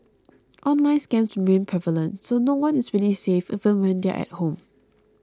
online scams remain prevalent so no one is really safe even when they're at home